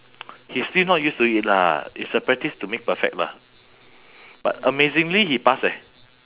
he still not used to it lah it's a practice to make perfect bah but amazingly he pass eh